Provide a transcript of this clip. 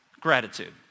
Gratitude